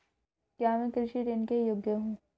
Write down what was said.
क्या मैं कृषि ऋण के योग्य हूँ?